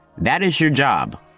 that is your job,